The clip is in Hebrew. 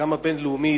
גם הבין-לאומית,